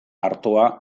artoa